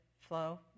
flow